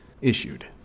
issued